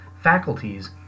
faculties